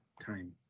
time